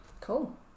Cool